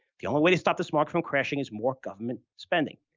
the only way to stop this market from crashing is more government spending.